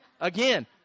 again